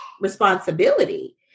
responsibility